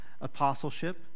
apostleship